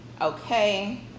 Okay